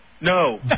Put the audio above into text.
No